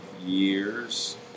years